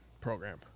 program